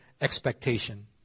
expectation